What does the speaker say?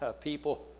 People